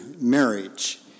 marriage